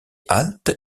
haltes